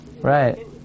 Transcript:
Right